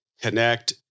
connect